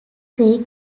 creek